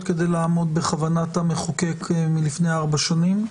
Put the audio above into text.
כדי לעמוד בכוונת המחוקק מלפני ארבע שנים.